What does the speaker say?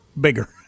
bigger